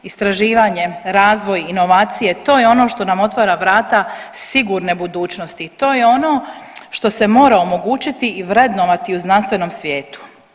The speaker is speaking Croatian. Istraživanje, razvoj, inovacije to je ono što nam otvara vrata sigurne budućnosti, to je ono što se mora omogućiti i vrednovati u znanstvenom svijetu.